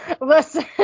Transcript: Listen